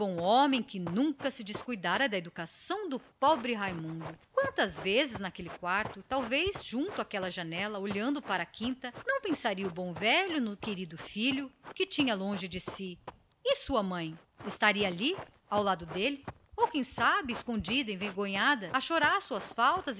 homem que nunca se descuidara da educação do pobre raimundo quantas vezes naquele quarto talvez junto a uma daquelas janelas olhando para a quinta não pensaria o infeliz no querido filho que tinha tão longe dos seus afagos e sua mãe sua pobre mãe desconhecida estaria ali ao lado dele ou quem o sabia escondida envergonhada a chorar as faltas